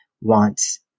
wants